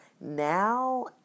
now